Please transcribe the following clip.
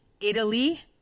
Italy